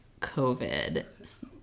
covid